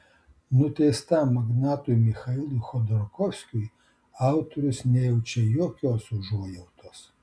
nuteistam magnatui michailui chodorkovskiui autorius nejaučia jokios užuojautos